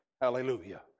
Hallelujah